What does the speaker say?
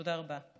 תודה רבה.